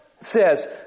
says